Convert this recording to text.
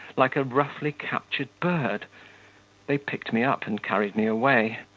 like a roughly captured bird they picked me up and carried me away.